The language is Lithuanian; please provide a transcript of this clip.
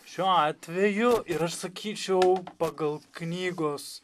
šiuo atveju ir aš sakyčiau pagal knygos